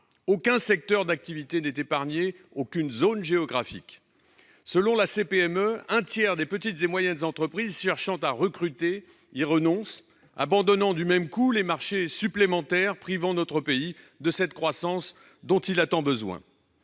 Aucun secteur d'activité n'est épargné, aucune zone géographique. Selon la CPME (Confédération des petites et moyennes entreprises), un tiers des entreprises renoncent à recruter, abandonnant du même coup des marchés supplémentaires, privant notre pays de cette croissance dont il a tant besoin.